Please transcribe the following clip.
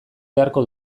beharko